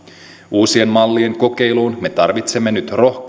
uusien mallien kokeiluun me tarvitsemme nyt